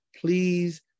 please